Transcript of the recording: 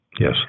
Yes